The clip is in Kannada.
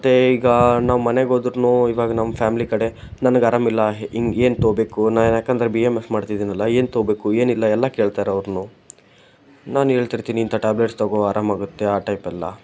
ಮತ್ತು ಈಗ ನಾವು ಮನೆಗೋದರೂನು ಇವಾಗ ನಮ್ಮ ಫ್ಯಾಮಿಲಿ ಕಡೆ ನನಗಾರಾಮಿಲ್ಲ ಇನ್ನ ಏನು ತಗೋಬೇಕು ನಾ ಯಾಕಂದರೆ ಬಿ ಎಂ ಎಸ್ ಮಾಡ್ತಿದ್ದೀನಲ್ಲಾ ಏನು ತಗೋಬೇಕು ಏನಿಲ್ಲ ಎಲ್ಲಾ ಕೇಳ್ತಾರೆ ಅವ್ರ್ನೂ ನಾನು ಹೇಳ್ತಿರ್ತೀನಿ ಇಂಥಾ ಟ್ಯಾಬ್ಲೆಟ್ಸ್ ಆರಾಮಾಗತ್ತೆ ಆ ಟೈಪೆಲ್ಲ